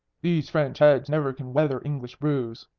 these french heads never can weather english brews,